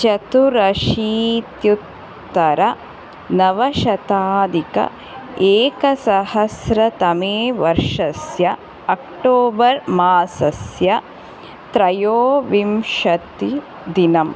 चतुरशीत्युत्तरनवशताधिक एकसहस्रतमे वर्षस्य अक्टोबर् मासस्य त्रयोविंशतिदिनम्